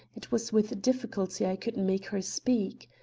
it was with difficulty i could make her speak.